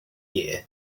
year